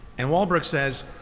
and wahlberg says,